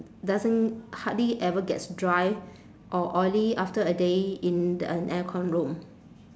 doesn't hardly ever gets dry or oily after a day in the an aircon room